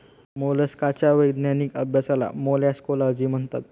मोलस्काच्या वैज्ञानिक अभ्यासाला मोलॅस्कोलॉजी म्हणतात